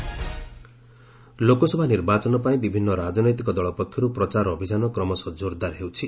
PM Shah Rahul Lok Sabha ନିର୍ବାଚନ ପାଇଁ ବିଭିନ୍ନ ରାଜନୈତିକ ଦଳ ପକ୍ଷରୁ ପ୍ରଚାର ଅଭିଯାନ କ୍ରମଶଃ ଜୋର୍ଦାର ହେଉଛି